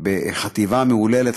בחטיבה מהוללת,